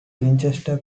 winchester